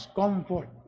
comfort